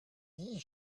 die